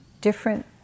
different